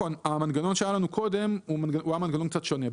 המנגנון שהיה לנו קודם היה מנגנון קצת שונה.